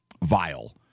vile